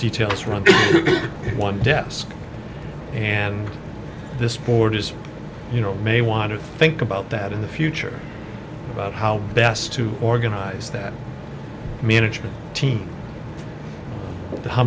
details from one desk and this board is you know may want to think about that in the future about how best to organize that management team how